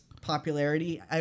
popularity